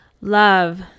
love